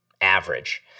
average